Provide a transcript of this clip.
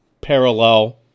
parallel